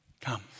Come